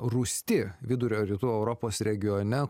rūsti vidurio ir rytų europos regione